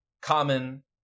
common